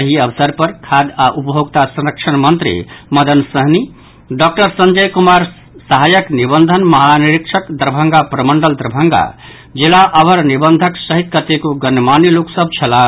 एहि अवसर पर खाद्य आओर उपभोक्ता संरक्षण मंत्री मदन सहनी डॉक्टर संजय जायसवाल सहायक निबंधन महानिरीक्षक दरभंगा प्रमंडल दरभंगा जिला अवर निबंधक सहित कतेको गणमान्य लोक सभ छलाह